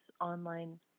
online